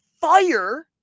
fire